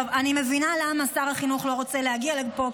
אני מבינה למה שר החינוך לא רוצה להגיע לפה,